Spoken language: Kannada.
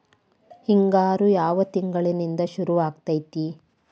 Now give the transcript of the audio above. ಹಿಂಗಾರು ಯಾವ ತಿಂಗಳಿನಿಂದ ಶುರುವಾಗತೈತಿ?